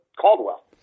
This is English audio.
Caldwell